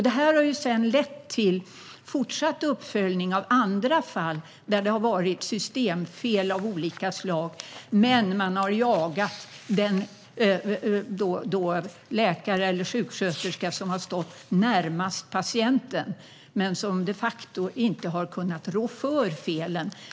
Det här har sedan lett till fortsatt uppföljning av andra fall där det har varit systemfel av olika slag och man har jagat den läkare eller sjuksköterska som har stått närmast patienten men som de facto inte har kunnat rå för felen.